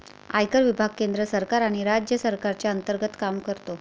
आयकर विभाग केंद्र सरकार आणि राज्य सरकारच्या अंतर्गत काम करतो